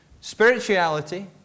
Spirituality